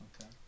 okay